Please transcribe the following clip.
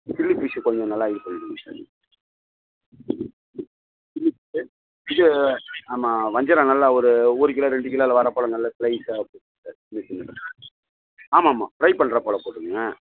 chilli fish கொஞ்சம் நல்லா இது பண்ணிடுங்க சார் சில்லி ஃபிஷ்ஷு இது ஆமாம் வஞ்சிரம் நல்லா ஒரு ஒரு கிலோ ரெண்டு கிலோவில் வர போல் நல்லா ஸ்லைசாக போட்டுடுங்க சார் சின்ன சின்னதாக ஆமாம் ஆமாம் ஃப்ரை பண்ணுற போல் போட்டுருங்க